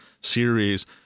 series